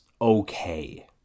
okay